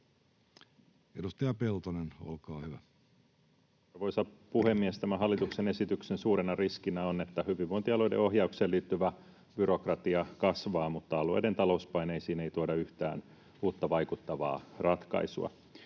16:12 Content: Arvoisa puhemies! Tämän hallituksen esityksen suurena riskinä on, että hyvinvointialueiden ohjaukseen liittyvä byrokratia kasvaa mutta alueiden talouspaineisiin ei tuoda yhtään uutta, vaikuttavaa ratkaisua.